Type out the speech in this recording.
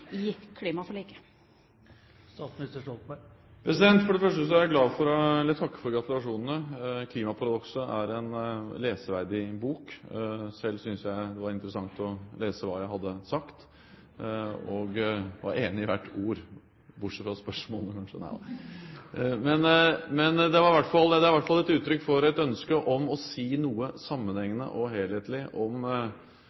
i klimaforliket? For det første vil jeg takke for gratulasjonen. «Klimaparadokset» er en leseverdig bok. Selv synes jeg det var interessant å lese hva jeg hadde sagt, og var enig i hvert ord – bortsett fra spørsmålene, kanskje. Men det er i hvert fall et uttrykk for et ønske om å si noe